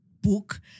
book